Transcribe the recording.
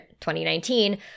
2019